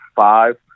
five